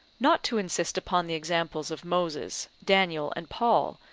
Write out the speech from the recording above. not to insist upon the examples of moses, daniel, and paul,